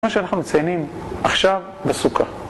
כמו שאנחנו מציינים עכשיו בסוכה